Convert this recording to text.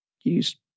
use